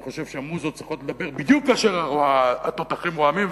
אני חושב שהמוזות צריכות לדבר בדיוק כאשר התותחים רועמים,